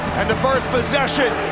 and the first possession